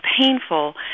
painful